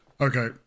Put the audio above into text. Okay